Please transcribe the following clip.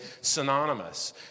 synonymous